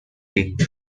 king